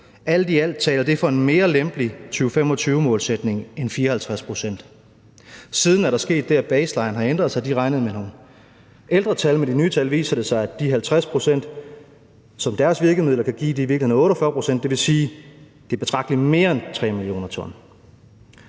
Alt i alt taler det for et mere lempeligt 2025-mål end 54 pct.« Siden er der sket det, at baseline har ændret sig. De regnede med nogle ældre tal; med de nye tal viser det sig, at de 50 pct., som deres virkemidler kan give, i virkeligheden er 48 pct. Det vil sige, at det er betragtelig mere end 3 mio. t.